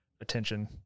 attention